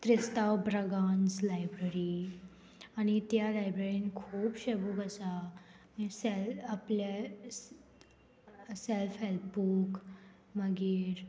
Tristao Braganza library आनी त्या लायब्ररीन खुबशे बूक आसा आपल्या सेल्फ हेल्प बूक मागीर